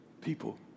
People